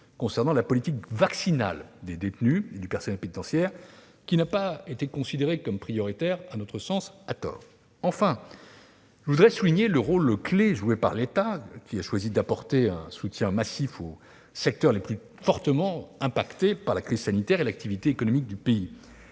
concernant la politique vaccinale des détenus et du personnel pénitentiaire, qui n'ont pas été considérés comme prioritaires- à tort, à notre avis. En outre, je voudrais souligner le rôle clé joué par l'État, qui a choisi d'apporter un soutien massif aux secteurs les plus fortement touchés par la crise sanitaire et à l'activité économique du pays.